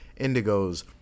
indigos